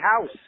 house